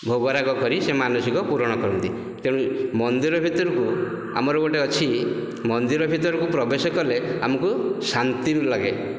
ଭୋଗରାଗ କରି ସେ ମାନସିକ ପୁରଣ କରନ୍ତି ତେଣୁ ମନ୍ଦିର ଭିତରକୁ ଆମର ଗୋଟିଏ ଅଛି ମନ୍ଦିର ଭିତରକୁ ପ୍ରବେଶ କଲେ ଆମକୁ ଶାନ୍ତି ଲାଗେ